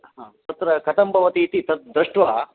हा तत्र कथं भवति इति तद् दृष्ट्वा